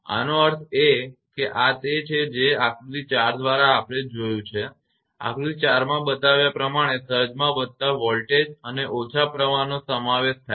આનો અર્થ એ કે આ તે છે જે આકૃતિ 4 દ્વારા આપણે જોયું છે કે આકૃતિ 4 માં બતાવ્યા પ્રમાણે સર્જમાં વધતા વોલ્ટેજ અને ઓછા પ્રવાહનો સમાવેશ થાય છે